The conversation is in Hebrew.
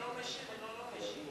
אין לא משיב ולא לא משיב.